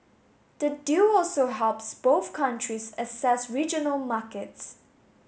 the deal also helps both countries access regional markets